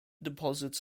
deposits